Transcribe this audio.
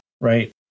right